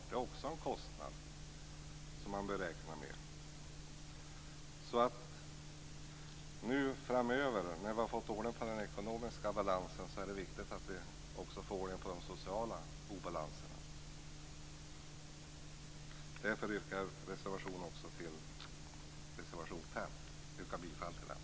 Det är också en kostnad som man bör räkna med. Framöver, när vi har fått ordning på den ekonomiska balansen, är det viktigt att vi också får ordning på de sociala obalanserna. Därför yrkar jag bifall också till reservation